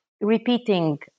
repeating